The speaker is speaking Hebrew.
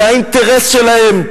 זה האינטרס שלהם.